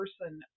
person